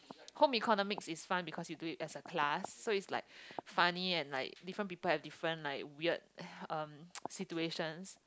home economics is fun because you do it as a class so it's like funny and like different people have like different like weird um situations